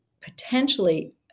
potentially